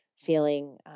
feeling